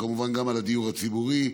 כמובן גם על הדיור הציבורי,